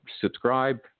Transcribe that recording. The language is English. subscribe